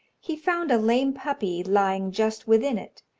he found a lame puppy lying just within it,